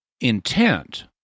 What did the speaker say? intent